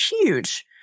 huge